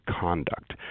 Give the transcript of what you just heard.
conduct